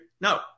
No